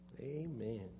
Amen